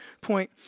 point